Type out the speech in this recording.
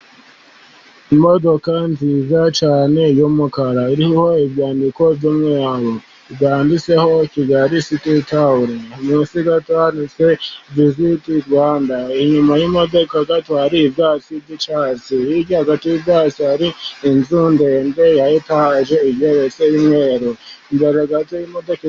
Imodoka nziza cyane y'umukara, iriho ibyandiko by'umweru byanditseho Kigali City Tour, musi gato handitseho Visit Rwanda . Inyuma y'imodoka hari ibyatsi by'icyatsi, hirya gato y'byatsi hari inzu ndende ya etaje igeretse y'umweru.